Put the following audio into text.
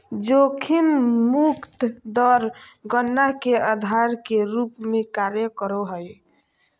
जोखिम मुक्त दर गणना के आधार के रूप में कार्य करो हइ